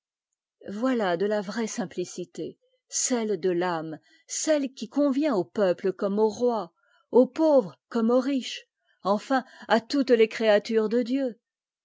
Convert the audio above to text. voilà de la vraie simplicité celle de l'âme celle qui convient au peuple comme aux rois aux pauvres comme aux riches enfin à toutes les créatures de dieu